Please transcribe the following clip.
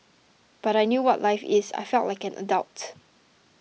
but I knew what life is I felt like an adult